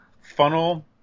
funnel